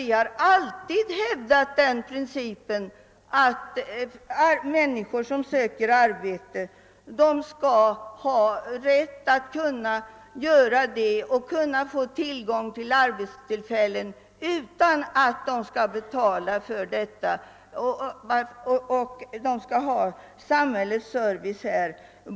Vi har alltid hävdat principen att människor som söker arbete skall ha rätt till arbetsförmedling utan att betala för den.